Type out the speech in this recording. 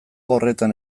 horretan